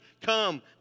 come